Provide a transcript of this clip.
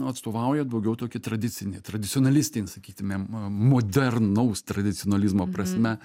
atstovauja daugiau tokį tradicinį tradicionalistinį sakytumėm modernaus tradicionalizmo prasme